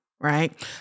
right